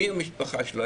מי המשפחה שלו,